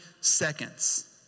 seconds